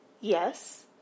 Yes